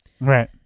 Right